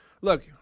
look